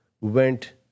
went